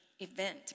event